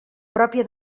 pròpia